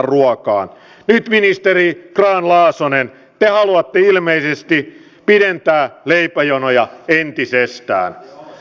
nyt ministeri grahn laasonen te haluatte ilmeisesti pidentää leipäjonoja entisestään